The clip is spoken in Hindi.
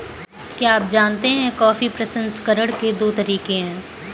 क्या आप जानते है कॉफी प्रसंस्करण के दो तरीके है?